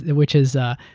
and which is ah